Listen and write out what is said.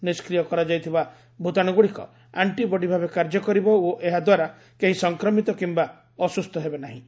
ନିଷ୍କ୍ରିୟ କରାଯାଇଥିବା ଭୂତାଣୁଗୁଡ଼ିକ ଆଂଟିବଡି ଭାବେ କାର୍ଯ୍ୟ କରିବ ଓ ଏହାଦ୍ୱାରା କେହି ସଂକ୍ରମିତ କିମ୍ବା ଅସୁସ୍ଥ ହେବେ ନାହିଁ